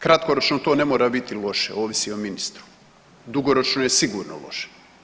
Kratkoročno to ne mora biti loše ovisi o ministru, dugoročno je sigurno loše.